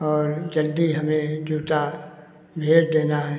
और जल्दी हमें जूता भेज देना है